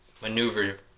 maneuver